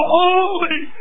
holy